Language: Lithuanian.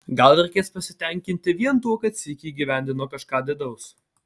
gal reikės pasitenkinti vien tuo kad sykį įgyvendino kažką didaus